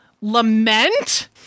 lament